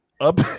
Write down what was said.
up